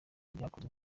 byakozwe